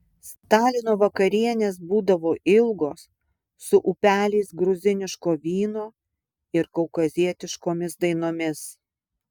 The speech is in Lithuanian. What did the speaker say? stalino vakarienės būdavo ilgos su upeliais gruziniško vyno ir kaukazietiškomis dainomis